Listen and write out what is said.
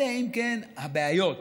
כאילו, מה יותר פשוט?